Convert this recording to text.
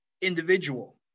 individual